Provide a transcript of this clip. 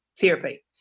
therapy